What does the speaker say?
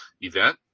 event